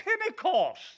Pentecost